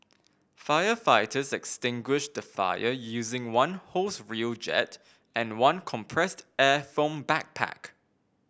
firefighters extinguished the fire using one hose reel jet and one compressed air foam backpack